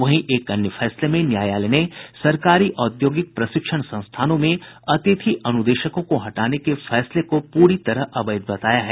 वहीं एक अन्य फैसले में न्यायालय ने सरकारी औद्योगिक प्रशिक्षण संस्थानों में अतिथि अनुदेशकों को हटाने के सरकारी फैसले को पूरी तरह अवैध बताया है